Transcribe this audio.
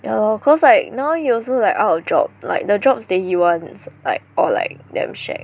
ya lor cause like now he also like out of job like the jobs that he wants like all like damn shag